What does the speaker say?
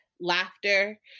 laughter